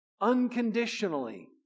unconditionally